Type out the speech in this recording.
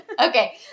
Okay